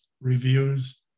reviews